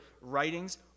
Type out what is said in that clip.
writings